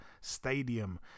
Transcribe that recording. Stadium